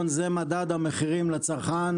מדד המחירים לצרכן.